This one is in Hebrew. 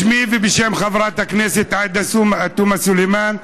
בשמי ובשם חברת הכנסת עאידה תומא סלימאן,